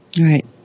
Right